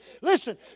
Listen